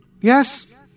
Yes